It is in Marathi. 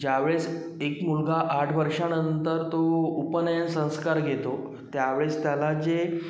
ज्यावेळेस एक मुलगा आठ वर्षांनंतर तो उपनयन संस्कार घेतो त्यावेळेस त्याला जे